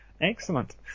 excellent